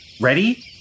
Ready